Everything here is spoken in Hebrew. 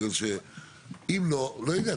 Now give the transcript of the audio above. בגלל שאם לא אני לא יודע.